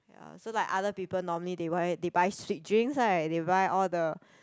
ya so like other people normally they buy they buy sweet drinks right they buy all the